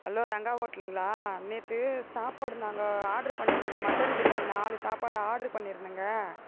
hello Ranga ஹோட்டலுங்களா நேற்று சாப்பாடு நாங்கள் ஆட்ரு பண்ணியிருந்தேங்க மட்டன் பிரியாணி நாலு சாப்பாடு ஆட்ரு பண்ணியிருந்தேங்க